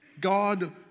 God